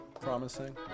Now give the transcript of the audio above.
Promising